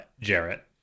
Jarrett